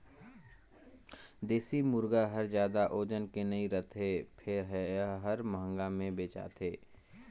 देसी मुरगा हर जादा ओजन के नइ रहें फेर ए हर महंगा में बेचाथे